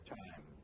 time